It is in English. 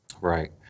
Right